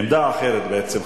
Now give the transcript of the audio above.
עמדה אחרת בעצם.